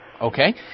Okay